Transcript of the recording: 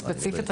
ספציפית,